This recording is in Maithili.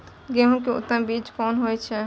गेंहू के उत्तम बीज कोन होय छे?